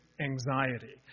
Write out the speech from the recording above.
anxiety